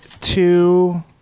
two